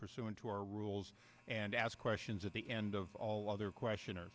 pursuant to our rules and ask questions at the end of all other question or